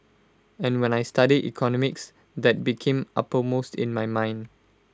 and when I studied economics that became uppermost in my mind